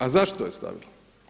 A zašto je stavilo?